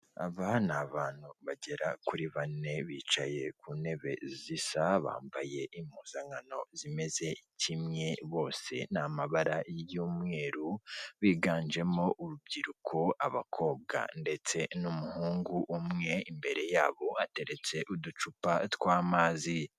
Aba ni abantu bagera kuri bane, bicaye ku ntebe zisa, bambaye impuzankano zimeze kimwe bose ni amabara y'umweru, biganjemo urubyiruko, abakobwa ndetse n'umuhungu umwe, imbere yabo hateretse uducupa tw'amazi.